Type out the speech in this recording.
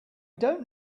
don’t